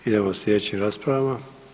Idemo sljedećim raspravama.